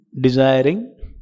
desiring